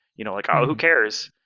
you know like, ah who cares?